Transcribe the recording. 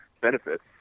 benefits